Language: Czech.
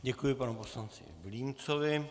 Děkuji panu poslanci Vilímcovi.